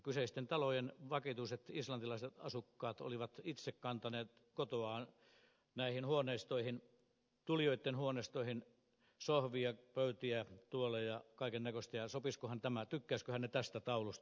kyseisten talojen vakituiset islantilaiset asukkaat olivat itse kantaneet kotoaan näihin tulijoitten huoneistoihin sohvia pöytiä tuoleja kaiken näköistä sopisikohan tämä tykkäisivätköhän he tästä taulusta